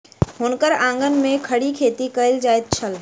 हुनकर आंगन में खड़ी खेती कएल जाइत छल